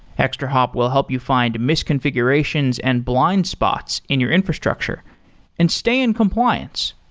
extrahop will help you find misconfigurations and blind spots in your infrastructure and stay in compliance.